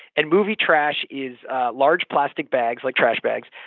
and movie trash is large plastic bags, like trash bags,